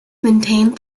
maintained